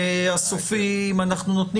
הסופי צריך לשקול אם אנחנו נותנים